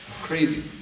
Crazy